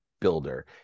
Builder